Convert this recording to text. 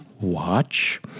watch